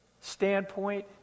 standpoint